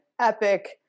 epic